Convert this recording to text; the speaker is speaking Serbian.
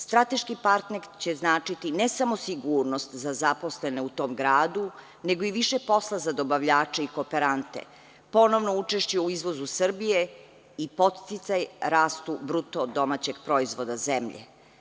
Strateški partner će značiti ne samo sigurnost za zaposlene u tom gradu, nego i više posla za dobavljače i kooperante, ponovno učešće u izvozu Srbije i podsticaj u rastu BDP zemlje.